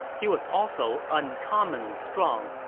he was also uncommonly strong,